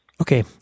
Okay